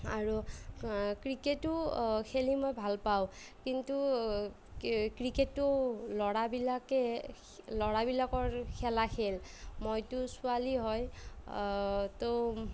আৰু ক্ৰিকেটো খেলি মই ভাল পাওঁ কিন্তু ক্ৰিকেটটো ল'ৰাবিলাকেহে ল'ৰাবিলাকৰ খেলা খেল মইটো ছোৱালী হয় ত'